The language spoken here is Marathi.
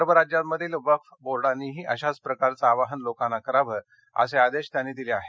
सर्व राज्यांमधील वक्फ बोर्डांनीही अशाच प्रकारचं आवाहन लोकांना करावं असे आदेश त्यांनी दिले आहेत